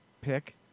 pick